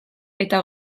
eta